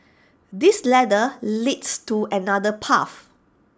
this ladder leads to another path